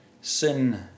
sin